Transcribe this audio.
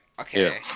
okay